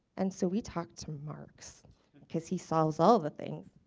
and so we talked to mark so because he solves all the things.